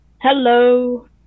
Hello